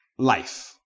Life